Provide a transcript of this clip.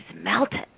melted